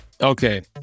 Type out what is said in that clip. Okay